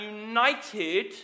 united